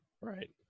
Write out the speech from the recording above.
right